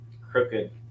crooked